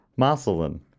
Marcelin